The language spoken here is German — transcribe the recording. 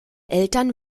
eltern